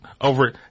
over